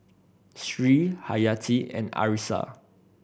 Sri Hayati and Arissa